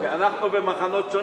כי אנחנו במחנות שונים.